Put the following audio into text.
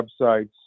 websites